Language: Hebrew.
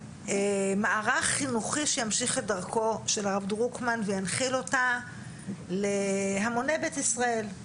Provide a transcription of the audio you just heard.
מערך חינוכי שימשיך את דרכו של הרב דרוקמן וינחיל אותה להמוני בית ישראל.